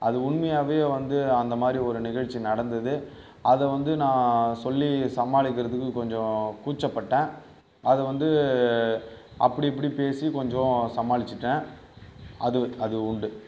அது உண்மையாவே வந்து அந்தமாதிரி ஒரு நிகழ்ச்சி நடந்தது அதை வந்து நான் சொல்லி சமாளிக்கிறதுக்கு கொஞ்சம் கூச்சப்பட்டேன் அதை வந்து அப்படி இப்படி பேசி கொஞ்சம் சமாளிச்சுட்டேன் அது அது உண்டு